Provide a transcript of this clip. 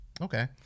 Okay